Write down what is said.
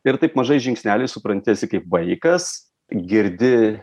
ir taip mažais žingsneliais supranti esi kaip vaikas girdi